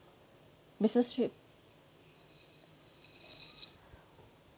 business trip